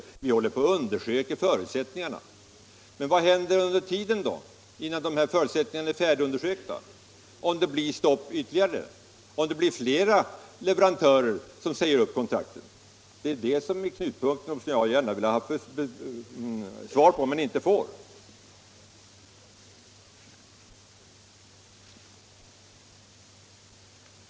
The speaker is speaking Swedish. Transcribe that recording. Regeringen håller på och undersöker förutsättningarna att klara krisen. Men vad händer under tiden, innan dessa förutsättningar är färdigundersökta, om det blir ytterligare stopp, om flera leverantörer säger upp kontrakten? Det är den frågan jag gärna skulle vilja ha svar på men inte får.